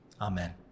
Amen